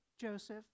Joseph